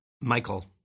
Michael